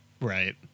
Right